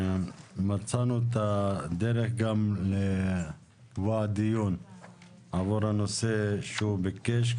מצאנו גם את הדרך לקבוע דיון עבור הנושא שהוא ביקש,